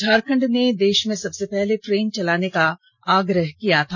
झारखण्ड ने देश में सबसे पहले ट्रेन चलाने का आग्रह किया था